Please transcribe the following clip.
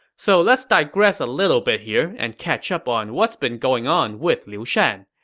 so let's digress a little bit here and catch up on what's been going on with liu shan.